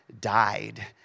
died